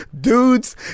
dudes